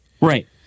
right